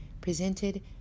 presented